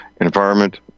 environment